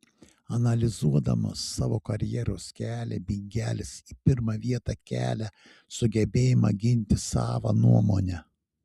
analizuodamas savo karjeros kelią bingelis į pirmą vietą kelia sugebėjimą ginti savą nuomonę